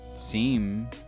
Seem